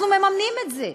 אנחנו מממנים את זה?